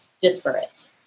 disparate